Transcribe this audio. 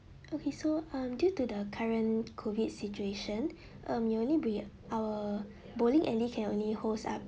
okay so um due to the current COVID situation um it'll only be a~ our bowling alley can only holds up